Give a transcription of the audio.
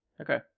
Okay